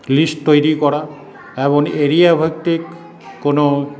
list তৈরি করা এবং এরিয়াভিত্তিক কোনো